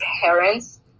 parents